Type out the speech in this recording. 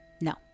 No